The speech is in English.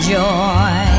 joy